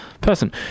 person